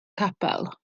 capel